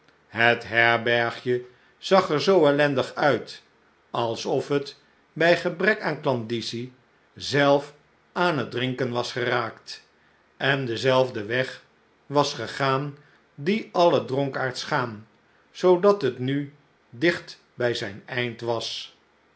het herbergje zag er zoo ellendig uit alsof het bij gebrek aan klandizie zelf aan het drinken was geraakt en denzelfden weg was gegaan dien alle dronkaards gaan zoodat het nu dicht bij zijn eind was